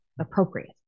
appropriate